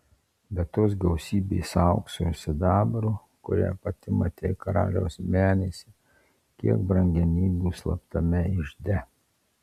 be tos gausybės aukso ir sidabro kurią pati matei karaliaus menėse kiek brangenybių slaptame ižde